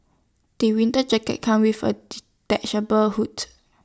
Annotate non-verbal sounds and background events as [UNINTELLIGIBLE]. the winter jacket come with A [UNINTELLIGIBLE] hood